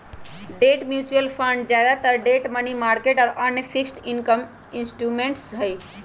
debt mutual fund ज्यादातर debt, money market और अन्य फिक्स्ड इनकम इंस्ट्रूमेंट्स हई